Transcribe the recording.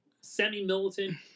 semi-militant